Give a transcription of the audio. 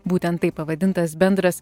būtent taip pavadintas bendras